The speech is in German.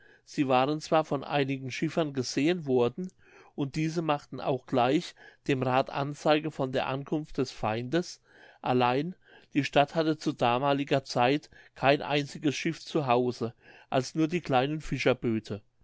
sie waren zwar von einigen schiffern gesehen worden und diese machten auch gleich dem rath anzeige von der ankunft des feindes allein die stadt hatte zu damaliger zeit kein einziges schiff zu hause als nur die kleinen fischerböte